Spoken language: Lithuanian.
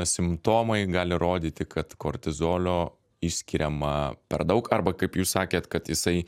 simptomai gali rodyti kad kortizolio išskiriama per daug arba kaip jūs sakėt kad jisai